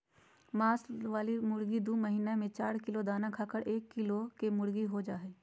मांस वाली मुर्गी दू महीना में चार किलो दाना खाकर एक किलो केमुर्गीहो जा हइ